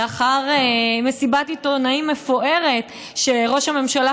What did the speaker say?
לאחר מסיבת עיתונאים מפוארת שראש הממשלה